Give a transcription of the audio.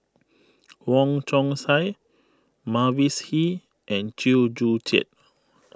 Wong Chong Sai Mavis Hee and Chew Joo Chiat